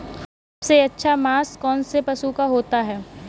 सबसे अच्छा मांस कौनसे पशु का होता है?